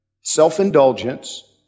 self-indulgence